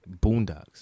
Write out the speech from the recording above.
Boondocks